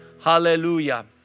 hallelujah